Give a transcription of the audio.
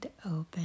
open